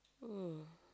um